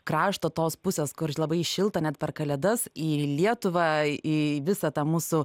krašto tos pusės kur labai šilta net per kalėdas į lietuvą į visą tą mūsų